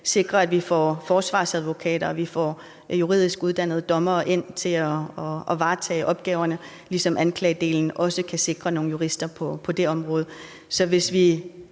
sikre, at vi får forsvarsadvokater, og at vi får juridisk uddannede dommere ind til at varetage opgaverne, ligesom anklagedelen også kan sikre nogle jurister på det område. Så hvis vi